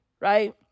Right